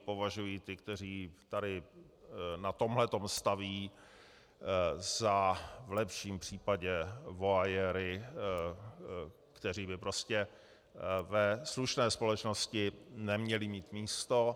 Považuji ty, kteří tady na tomhle tom staví, v lepším případě za voyery, kteří by prostě ve slušné společnosti neměli mít místo.